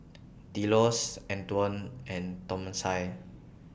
Delos Antwon and Thomasina